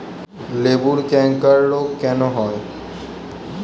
লেবুর ক্যাংকার রোগ কেন হয়?